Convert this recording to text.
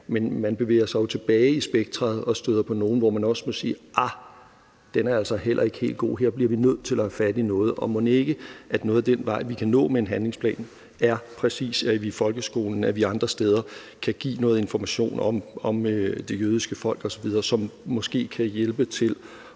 men man bevæger sig jo tilbage i spektret og støder på nogle, hvor man også må sige: Den er altså heller ikke helt god; her bliver vi nødt til at tage fat i noget. Og mon ikke vi kan nå noget af vejen med en handlingsplan, ved at vi lige præcis i folkeskolen og andre steder kan give noget information om det jødiske folk osv., som måske kan hjælpe til